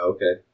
Okay